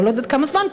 או לא יודעת כמה זמן,